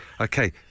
Okay